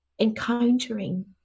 encountering